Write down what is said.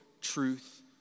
truth